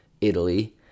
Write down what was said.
Italy